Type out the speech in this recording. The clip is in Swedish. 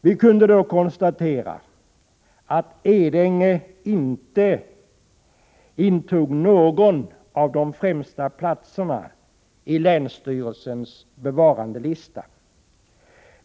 Vi kunde då konstatera att Edänge inte intog någon av de främsta platserna i länsstyrelsens bevarandelista.